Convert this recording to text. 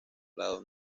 lado